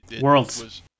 Worlds